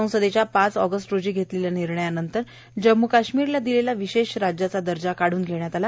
संसदेच्या पाच ऑगस्ट रोजी घेतलेल्या विर्णयानंतर जम्मू काश्मीरला दिलेला विशेष राज्याचा दर्जा काढून घेण्यात आला